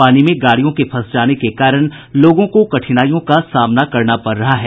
पानी में गाड़ियों के फंस जाने के कारण लोगों को कठिनाईयों का सामना करना पड़ रहा है